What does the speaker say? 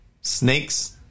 Snakes